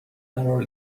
قرار